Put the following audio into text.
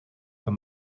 for